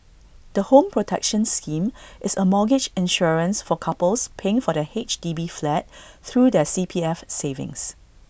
the home protection scheme is A mortgage insurance for couples paying for their H D B flat through their C P F savings